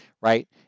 Right